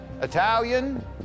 Italian